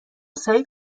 سعید